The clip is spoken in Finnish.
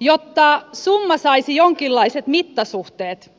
jotta summa saisi jonkinlaiset mittasuhteet